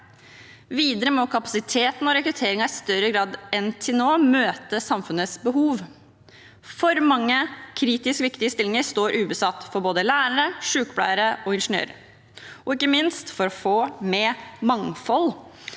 Videre må kapasiteten og rekrutteringen i større grad enn til nå møte samfunnets behov. For mange kritisk viktige stillinger står ubesatt for både lærere, sykepleiere og ingeniører. Ikke minst for å få mer mangfold